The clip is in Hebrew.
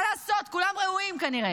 מה לעשות, כולם ראויים כנראה.